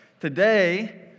Today